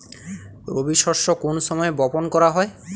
রবি শস্য কোন সময় বপন করা হয়?